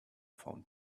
found